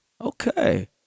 Okay